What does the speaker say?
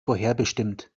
vorherbestimmt